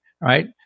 right